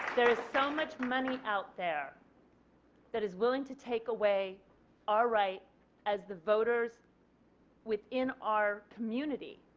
there is so much money out there that is willing to take away our right as the voters within our community.